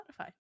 Spotify